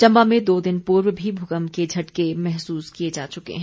चम्बा में दो दिन पर्व में भी भूकंप के झटके महसूस किए जा चुके है